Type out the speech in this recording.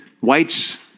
whites